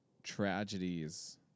tragedies